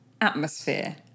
Atmosphere